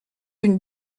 une